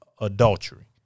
adultery